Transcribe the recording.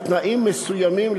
בתנאים מסוימים,